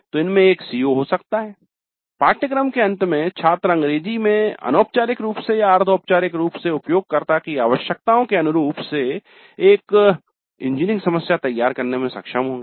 तो इनमे एक CO हो सकता है "पाठ्यक्रम के अंत में छात्र अंग्रेजी में अनौपचारिक रूप से या अर्ध औपचारिक रूप से उपयोगकर्ता की आवश्यकताओं के अनुरूप से एक इंजीनियरिंग समस्या तैयार करने में सक्षम होंगे"